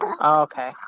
Okay